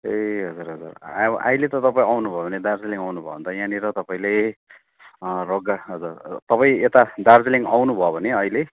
ए हजुर हजुर अब अहिले त तपाईँ आउनु भयो भने दार्जिलिङ आउनु भयो भने त यहाँनिर तपाईँले रक तपाईँ यता दार्जिलिङ आउनु भयो भने अहिले